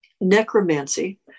Necromancy